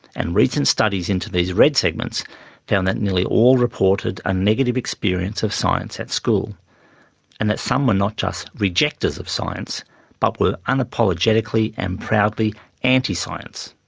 and recent studies into these red segments found that nearly all reported a negative experience of science at school and that some were not just rejecters of science but were unapologetically and proudly anti-science.